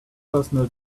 personal